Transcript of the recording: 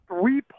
three